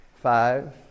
Five